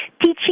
teaching